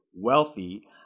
wealthy